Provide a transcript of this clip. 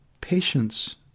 Patience